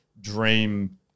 dream